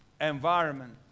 environment